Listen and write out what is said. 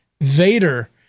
Vader